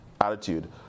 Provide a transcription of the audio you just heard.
attitude